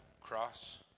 cross